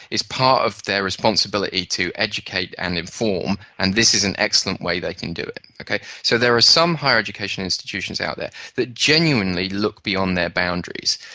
it's part of their responsibility to educate and inform, and this is an excellent way they can do it. so there are some higher education institutions out there that genuinely look beyond their boundaries.